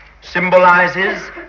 symbolizes